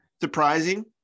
surprising